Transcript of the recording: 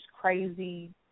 crazy